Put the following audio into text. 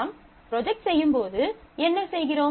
நாம் ப்ரொஜெக்ட் செய்யும் போது என்ன செய்கிறோம்